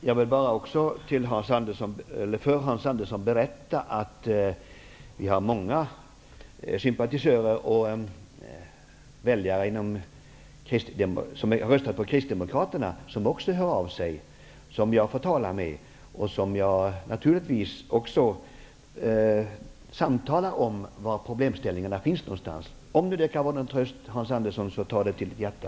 Herr talman! Jag vill bara berätta för Hans Andersson att det också är många sympatisörer och väljare som röstar på kristdemokraterna som hör av sig. Dessa får jag tala med, och naturligtvis samtalar jag med dem om var problemen finns någonstans. Om detta kan vara till någon tröst, Hans Andersson, ta det till ditt hjärta.